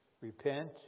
Repent